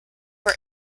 for